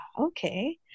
okay